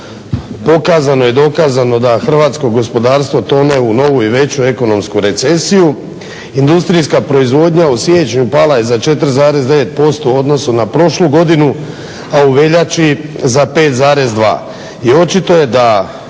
pokazano je i dokazano da hrvatsko gospodarstvo tone u novu i veću ekonomsku recesiju, industrijska proizvodnja u siječnju pala je za 4,9% u odnosu na prošlu godinu, a u veljači za 5,2.